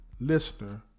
listener